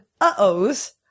uh-ohs